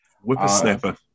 Whippersnapper